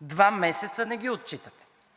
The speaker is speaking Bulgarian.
Два месеца не ги отчитате